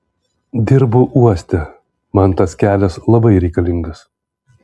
dirbu uoste man tas kelias labai reikalingas